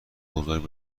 بزرگ